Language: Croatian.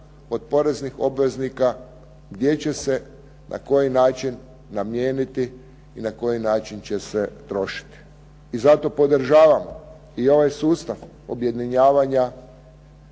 od poreznih obveznika gdje će se na koji način namijeniti i na koji način će se trošiti i zato podržavamo i ovaj sustav objedinjavanja